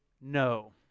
no